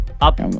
up